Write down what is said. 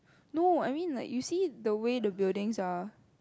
no I mean you see the way the buildings are